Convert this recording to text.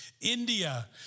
India